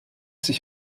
sich